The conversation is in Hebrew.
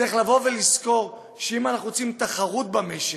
צריך לבוא ולזכור שאם אנחנו רוצים תחרות במשק,